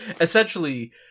essentially